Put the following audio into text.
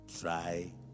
Try